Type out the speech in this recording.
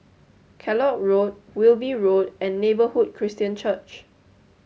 Kellock Road Wilby Road and Neighborhood Christian Church